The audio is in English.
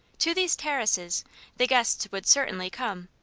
to these terraces the guests would certainly come,